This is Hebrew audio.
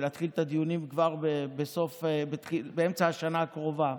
ולהתחיל את הדיונים להכנת התקציב כבר באמצע השנה הקרובה,